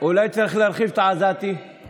באופוזיציה כדי